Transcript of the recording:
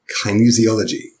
kinesiology